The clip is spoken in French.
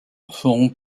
feront